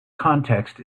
context